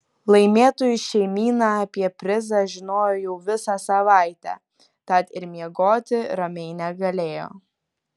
laimėtojų šeimyna apie prizą žinojo jau visą savaitę tad ir miegoti ramiai negalėjo